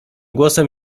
głosem